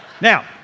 Now